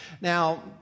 Now